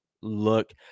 look